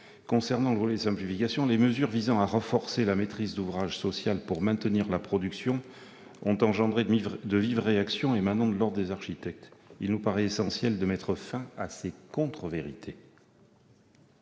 Concernant le volet de simplification, les mesures visant à renforcer la maîtrise d'ouvrage sociale pour maintenir la production ont engendré de vives réactions émanant de l'Ordre des architectes. Il nous paraît essentiel de mettre fin à ces contrevérités.